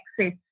access